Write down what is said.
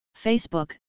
Facebook